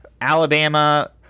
Alabama